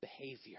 behavior